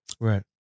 Right